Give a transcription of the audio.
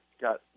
got